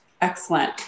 excellent